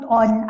on